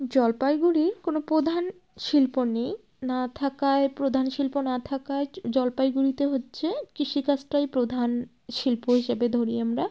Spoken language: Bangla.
জলপাইগুড়ির কোনো প্রধান শিল্প নেই না থাকায় প্রধান শিল্প না থাকায় জলপাইগুড়িতে হচ্ছে কৃষিকাজটাই প্রধান শিল্প হিসাবে ধরি আমরা